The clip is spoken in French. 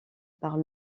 par